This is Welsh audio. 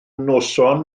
noson